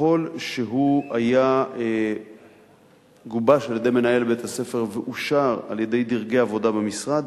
ככל שהוא גובש על-ידי מנהל בית-הספר ואושר על-ידי דרגי עבודה במשרד,